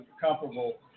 comparable